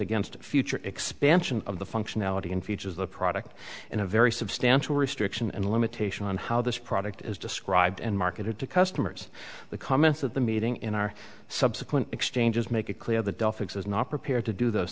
against future expansion of the functionality and features the product in a very substantial restriction and a limitation on how this product is described and marketed to customers the comments at the meeting in our subsequent exchanges make it clear that they'll fix is not prepared to do those